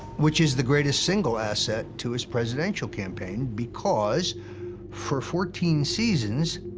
which is the greatest single asset to his presidential campaign, because for fourteen seasons,